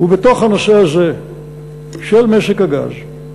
בתוך הנושא הזה של משק הגז,